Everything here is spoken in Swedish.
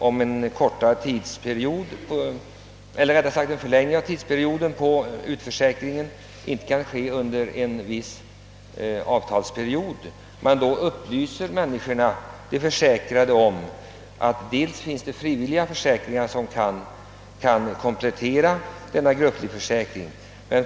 Om fristen för utförsäkring inte kan förlängas under en viss avtalsperiod, anser jag att man bör upplysa de försäkrade om att det finns frivilliga försäkringar som kan komplettera denna grupplivförsäkring.